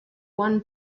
one